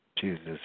Jesus